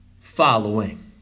following